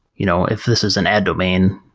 you know if this is an ad domain,